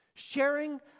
sharing